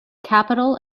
capital